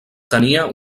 tenia